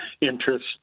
interest